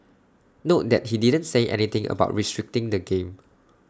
note that he didn't say anything about restricting the game